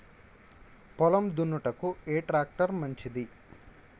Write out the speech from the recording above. పొలం దున్నుటకు ఏ ట్రాక్టర్ మంచిది?